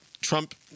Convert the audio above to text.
Trump